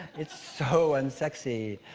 it's so unsexy.